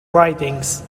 writings